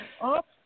up